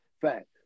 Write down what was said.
Fact